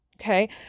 Okay